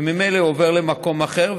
וממילא הוא עובר למקום אחר,